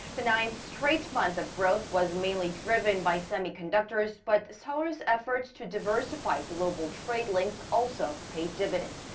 the ninth straight month of growth was mainly driven by semiconductors. but seoul's efforts to diversify global trade links also paid dividends.